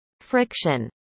friction